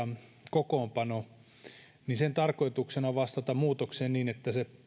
kokoonpanon tarkoituksena on vastata muutokseen niin että se